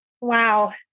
Wow